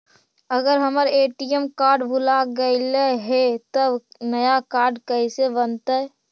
अगर हमर ATM card भुला गैलै हे तब नया काड कइसे बनतै?